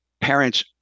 parents